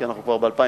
אנחנו כבר ב-2010,